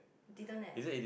didn't eh